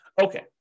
Okay